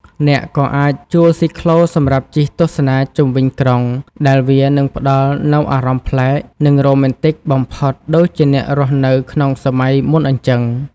អ្នកក៏អាចជួលស៊ីក្លូសម្រាប់ជិះទស្សនាជុំវិញក្រុង ដែលវានឹងផ្តល់នូវអារម្មណ៍ប្លែក និងរ៉ូមែនទិកបំផុតដូចជាអ្នករស់នៅក្នុងសម័យមុនអញ្ចឹង។